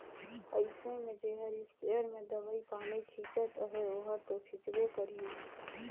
अइसे में जेहर इस्पेयर में दवई पानी छींचत अहे ओहर दो छींचबे करही